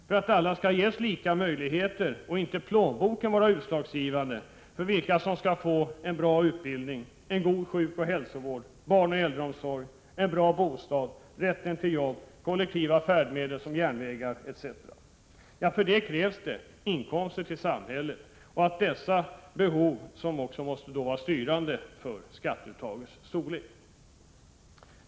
För att alla skall ges lika möjligheter — och inte plånboken vara utslagsgivande — till en bra utbildning, en god sjukoch hälsovård, barnoch äldreomsorg, en bra bostad, rätten till jobb, kollektiva färdmedel som t.ex. järnvägar etc., krävs inkomster till samhället, och det är dessa behov som måste vara styrande för skatteuttagets storlek.